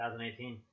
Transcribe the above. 2018